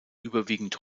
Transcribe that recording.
überwiegend